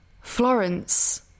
florence